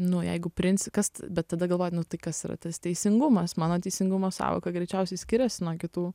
nu jeigu princi kas bet tada galvoji nu tai kas yra tas teisingumas mano teisingumo sąvoka greičiausiai skiriasi nuo kitų